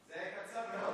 זה היה קצר מאוד.